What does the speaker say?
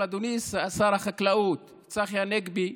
אבל אדוני שר החקלאות צחי הנגבי,